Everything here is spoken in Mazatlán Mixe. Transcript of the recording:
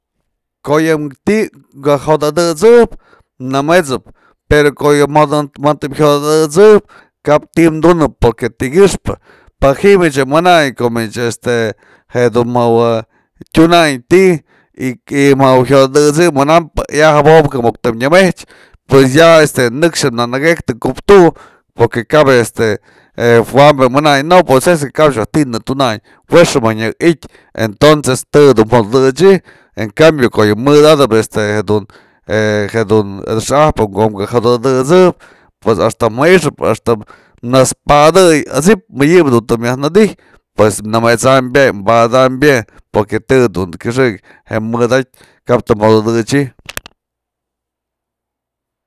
Ko'o yë ti'i ka jo'ot atësëp nëmët'sëp pero ko'o yë majtem jyot atësëp kap ti dunëp porque ti'i kyëxpë pa ji'i mich mënayn ko'o mich este jedun mëwë tyuna' in ti'i y mawë jyot adësëp manampë ëya jambom kë muk nëmech pues ya este, nëkxë në nëkëkpë kup tu'u porque kap este wam je mananyë, pues es que kap ech mëjk dun ti'i na tunanë, wexämëjk nyaka ityë, entonces të du të jedun jo'ot adëchi'i en cambio ko'o yë medatëp este je- jedun xa'ajpë ko'om ka jo'ot atësëp pues hasta ja'ixëp hasta naspadëy at'sip mëdyëbe du myaj nëdyjbë pues namet'sambyë je, padam je, porque të du kyëxëk je mëdatyë kap të jo'ot atëchi'i.